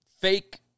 fake